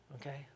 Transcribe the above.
okay